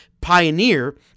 pioneer